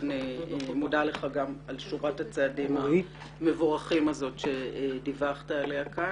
אני מודה לך גם על שורת הצעדים המבורכים שדיווחת עליה כאן,